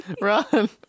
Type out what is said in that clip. Run